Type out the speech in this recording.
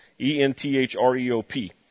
E-N-T-H-R-E-O-P